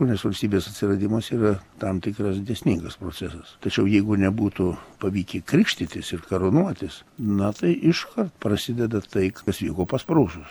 nes valstybės atsiradimas yra tam tikras dėsningas procesas tačiau jeigu nebūtų pavykę krikštytis ir karūnuotis na tai iškart prasideda tai kas vyko pas prūsus